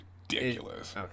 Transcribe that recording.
ridiculous